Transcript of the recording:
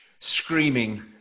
screaming